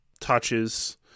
touches